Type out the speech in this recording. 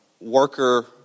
worker